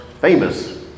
famous